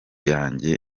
yanjye